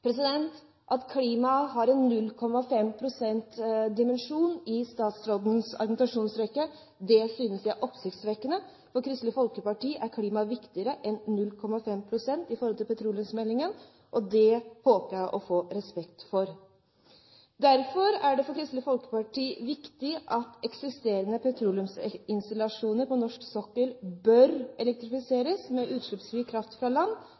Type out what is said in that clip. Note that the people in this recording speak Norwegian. At klima har en 0,5 pst.-dimensjon i statsrådens argumentasjonsrekke, synes jeg er oppsiktsvekkende. For Kristelig Folkeparti er klima viktigere enn 0,5 pst. i forhold til petroleumsmeldingen, og det håper jeg å bli respektert for. Derfor er det for Kristelig Folkeparti viktig at eksisterende petroleumsinstallasjoner på norsk sokkel bør elektrifiseres med utslippsfri kraft fra land